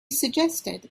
suggested